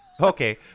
Okay